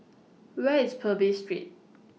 Where IS Purvis Street